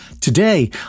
Today